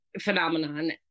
phenomenon